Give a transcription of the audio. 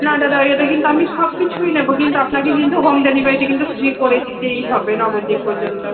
না দাদা এতে কিন্তু আমি সব কিছুই নেব কিন্তু আপনাকে কিন্তু হোম ডেলিভারিটা কিন্তু ফ্রি করে দিতেই হবে নবদ্বীপ পর্যন্ত